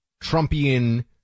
Trumpian